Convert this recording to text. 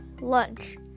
Lunch